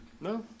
No